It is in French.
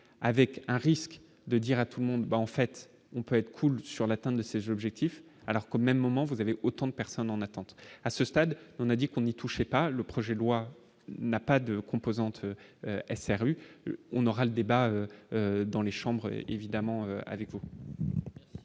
avec un risque de dire à tout le monde en fait, on peut être cool sur l'atteinte de ces Jeux, objectif alors qu'au même moment, vous avez autant de personnes en attente, à ce stade, on a dit qu'on n'y touchez pas, le projet de loi n'a pas de composante SRU, on aura le débat dans les chambres, évidemment avec.